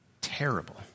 terrible